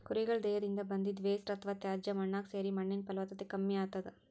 ಕುರಿಗಳ್ ದೇಹದಿಂದ್ ಬಂದಿದ್ದ್ ವೇಸ್ಟ್ ಅಥವಾ ತ್ಯಾಜ್ಯ ಮಣ್ಣಾಗ್ ಸೇರಿ ಮಣ್ಣಿನ್ ಫಲವತ್ತತೆ ಕಮ್ಮಿ ಆತದ್